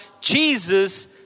Jesus